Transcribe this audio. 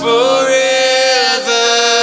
Forever